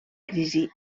crisi